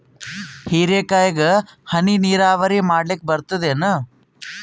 ಹೀರೆಕಾಯಿಗೆ ಹನಿ ನೀರಾವರಿ ಮಾಡ್ಲಿಕ್ ಬರ್ತದ ಏನು?